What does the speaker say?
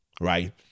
right